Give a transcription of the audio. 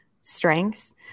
strengths